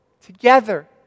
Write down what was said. together